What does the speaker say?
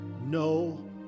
no